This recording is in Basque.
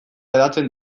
hedatzen